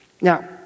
Now